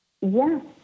Yes